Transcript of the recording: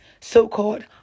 so-called